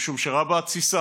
משום שרבה התסיסה,